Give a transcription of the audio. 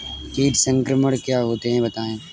कीट संक्रमण क्या होता है बताएँ?